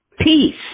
Peace